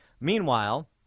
Meanwhile